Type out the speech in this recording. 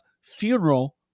funeral